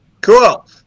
Cool